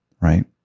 right